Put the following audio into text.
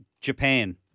Japan